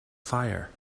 fire